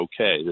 okay